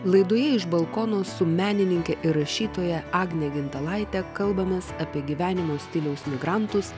laidoje iš balkono su menininke ir rašytoja agne gintalaite kalbamės apie gyvenimo stiliaus migrantus